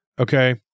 okay